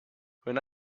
when